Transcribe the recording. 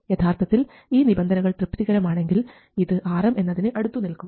യഥാർത്ഥത്തിൽ ഈ നിബന്ധനകൾ തൃപ്തികരമാണെങ്കിൽ ഇത് Rm എന്നതിന് അടുത്തു നിൽക്കും